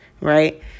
right